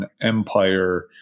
empire